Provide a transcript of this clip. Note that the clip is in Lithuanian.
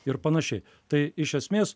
ir panašiai tai iš esmės